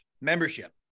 Membership